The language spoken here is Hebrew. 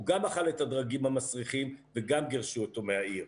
הוא גם אכל את הדגים המסריחים וגם גירשו אותו מהעיר.